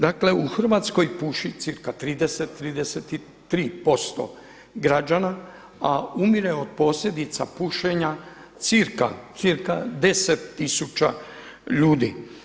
Dakle u Hrvatskoj puši cca 30, 33% građana, a umire od posljedica pušenja cca 10 tisuća ljudi.